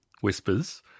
whispers